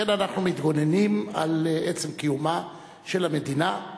שכן אנחנו מתגוננים על עצם קיומה של המדינה.